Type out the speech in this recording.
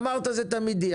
אמרת שזה תמיד יהיה.